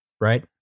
Right